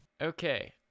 Okay